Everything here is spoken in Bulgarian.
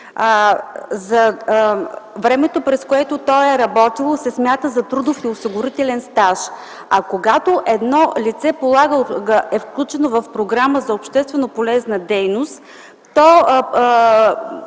времето, през което то е работило, се смята за трудов и осигурителен стаж. А когато едно лице е включено в програма за обществено полезна дейност,